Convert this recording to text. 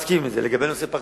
מסכים עם הנושא הפרטני.